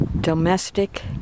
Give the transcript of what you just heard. domestic